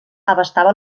abastava